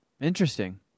Interesting